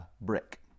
brick